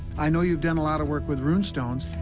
i know you've done a lot of work with rune stones,